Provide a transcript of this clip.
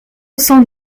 cent